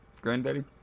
granddaddy